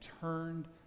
turned